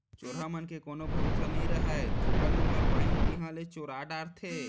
चोरहा मन के कोनो भरोसा नइ रहय, थोकन मौका पाइन तिहॉं ले चोरा डारथें